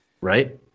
Right